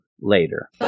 later